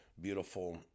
beautiful